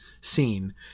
scene